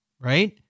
right